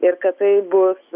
ir kad tai bus